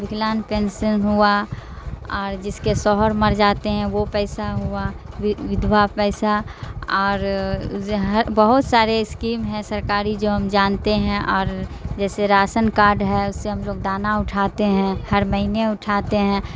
Viklang pension ہوا اور جس کے شوہر مر جاتے ہیں وہ پیسہ ہوا ودھوا پیسہ اور ہر بہت سارے اسکیم ہیں سرکاری جو ہم جانتے ہیں اور جیسے راشن کارڈ ہے اس سے ہم لوگ دانہ اٹھاتے ہیں ہر مہینے اٹھاتے ہیں